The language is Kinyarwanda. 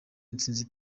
intsinzi